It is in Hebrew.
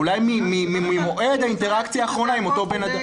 אולי ממועד האינטראקציה האחרונה עם אותו אדם.